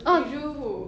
you drew who